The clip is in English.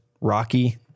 Rocky